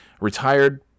retired